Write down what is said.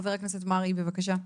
חבר הכנסת מופיד מרעי, בבקשה.